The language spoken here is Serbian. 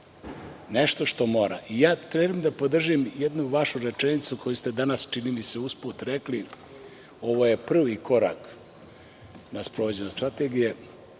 stanovnika. Ja trebam da podržim jednu vašu rečenicu koju ste danas, čini mi se, usput rekli – ovo je prvi korak na sprovođenju strategije.